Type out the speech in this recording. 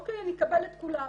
אני אקבל את כולן.